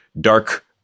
dark